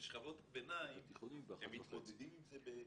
שכבות ביניים הם מתמודדים עם זה.